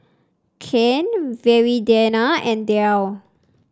Kian Viridiana and Derl